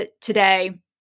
today